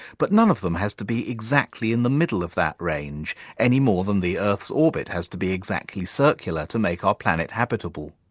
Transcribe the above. but none of them as to be exactly in the middle of that range anymore than the earth's orbit has to be exactly circular to make our planet habitable.